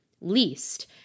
least